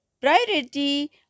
priority